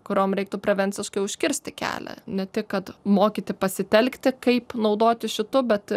kuriom reiktų prevenciškai užkirsti kelią ne tik kad mokyti pasitelkti kaip naudotis šitu bet